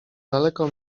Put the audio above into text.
daleko